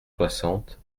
soixante